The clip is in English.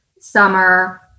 summer